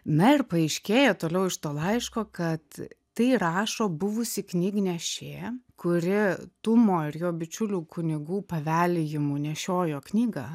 na ir paaiškėja toliau iš to laiško kad tai rašo buvusi knygnešė kuri tumo ir jo bičiulių kunigų pavelėjimu nešiojo knygas